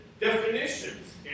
definitions